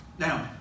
Now